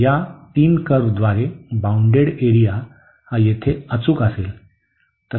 तर या तीन कर्व्हद्वारे बाउंडेड एरिया हा येथे अचूक असेल